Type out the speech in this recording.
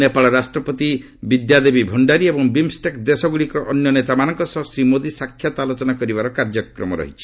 ନେପାଳ ରାଷ୍ଟ୍ରପତି ବିଦ୍ୟାଦେବୀ ଭଣ୍ଡାରୀ ଏବଂ ବିମ୍ଷ୍ଟେକ୍ ଦେଶଗୁଡ଼ିକର ଅନ୍ୟ ନେତାମାନଙ୍କ ସହ ଶ୍ରୀ ମୋଦି ସାକ୍ଷାତ ଆଲୋଚନା କରିବାର କାର୍ଯ୍ୟକ୍ରମ ରହିଛି